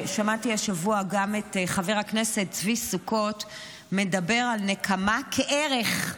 שמעתי השבוע גם את חבר הכנסת צבי סוכות מדבר על נקמה כערך.